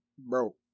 Bro